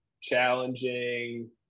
challenging